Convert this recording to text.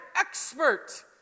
expert